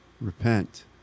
Repent